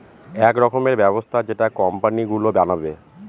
এক রকমের ব্যবস্থা যেটা কোম্পানি গুলো বানাবে